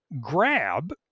grab